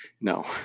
No